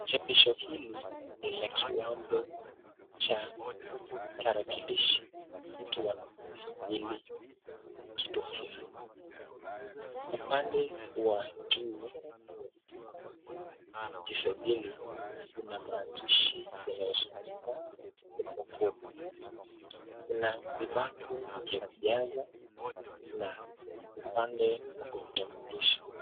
Chapisho hili ni la kiwambo cha tarakilishi, mtu anajisajili kitu fulani. Upande wa juu, jisajili kuna maandishi inayosomeka, kopoko, kuna vibango ya kujaza na upande wa kujitambulisha.